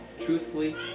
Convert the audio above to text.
Truthfully